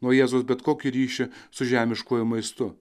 nuo jėzaus bet kokį ryšį su žemiškuoju maistu